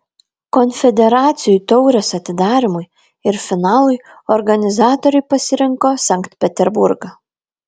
konfederacijų taurės atidarymui ir finalui organizatoriai pasirinko sankt peterburgą